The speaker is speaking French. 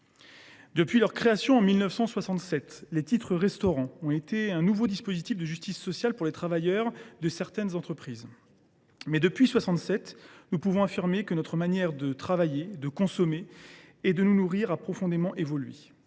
Depuis leur création en 1967, les titres restaurant sont un nouveau dispositif de justice sociale pour les travailleurs de certaines entreprises. Toutefois, nous pouvons affirmer que, depuis cette date, notre manière de travailler, de consommer et de nous nourrir a profondément évolué.